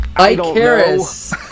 Icarus